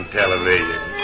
television